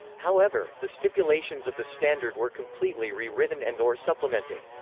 however, the stipulations of the standard were completely re-written and or supplemented.